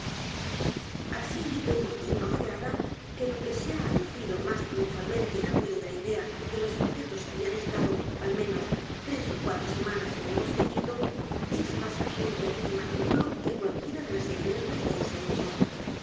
así vemos de una ojeada que lo que se h a aducido más triunfalmente en apoyo de la idea que los objetos habían estado al menos tres ó cuatro semanas en el bosquecito es más absurdo y más nulo que cualquiera de las evidencias de ese hecho